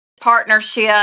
partnership